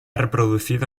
reproducido